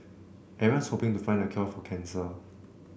everyone's hoping to find the cure for cancer